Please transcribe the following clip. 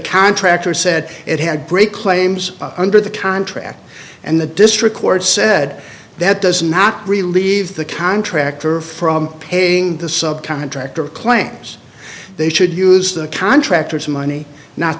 contractor said it had break claims under the contract and the district court said that does not relieve the contractor from paying the sub contractor claims they should use the contractors money not